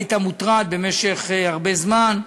היית מוטרד במשך הרבה זמן,